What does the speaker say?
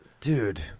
Dude